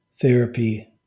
therapy